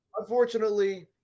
unfortunately